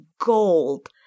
gold